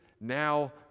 now